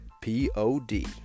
p-o-d